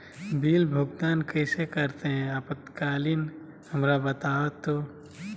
Bill भुगतान कैसे करते हैं आपातकालीन हमरा बताओ तो?